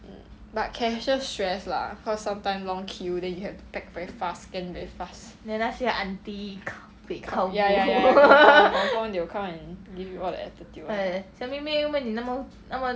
but cashier stress lah cause sometime long queue then you have pack very fast scan very fast ya ya ya ya confirm they will come and give you all the attitude [one]